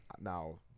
Now